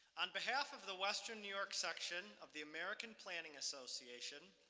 on behalf of the western new york section of the american planning association,